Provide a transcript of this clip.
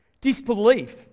Disbelief